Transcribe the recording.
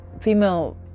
female